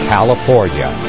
California